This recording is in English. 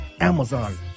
Amazon